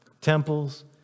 temples